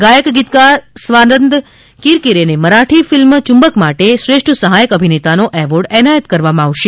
ગાયક ગીતકાર સ્વાનંદ કિરકિરેને મરાઠી ફિલ્મ યુમ્બક માટે શ્રેષ્ઠ સહાયક અભિનેતાનો એવોર્ડ એનાયત કરવામાં આવશે